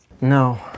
No